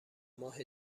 ماه